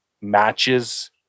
matches